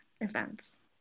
events